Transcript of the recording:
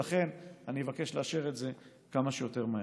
ולכן אני אבקש לאשר את זה כמה שיותר מהר.